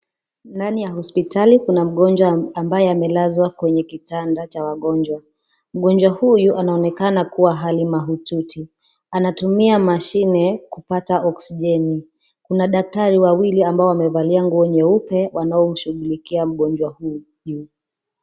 Ndani ya hospitali kuna mgonjwa ambaye amelazwa kwenye kitanda cha wagonjwa. Mgonjwa huyu anaonekana kuwa hali mahututi anatumia mashine kupata oksijeni. Kuna daktari wawili ambao wamevalia nguo nyeupe wanaomshughulikia mgonjwa huyu.